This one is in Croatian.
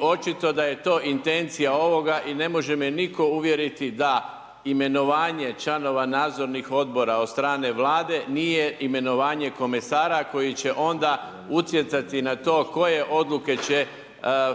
očito da je to intencija ovoga i ne može me nitko uvjeriti da imenovanje članova nadzornih odbora od strane Vlade nije imenovanje komesara koji će onda utjecati na to koje odluke će